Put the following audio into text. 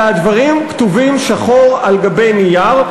אלא הדברים כתובים שחור על גבי נייר,